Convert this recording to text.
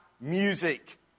music